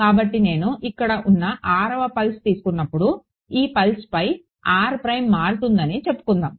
కాబట్టి నేను ఇక్కడ ఉన్న 6వ పల్స్ తీసుకున్నప్పుడు ఈ పల్స్పై మారుతుందని చెప్పుకుందాం